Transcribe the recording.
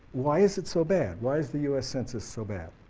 why is it so bad? why is the u s. census so bad?